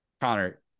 Connor